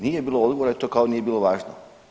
Nije bilo odgovora, to kao nije bilo važno.